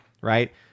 right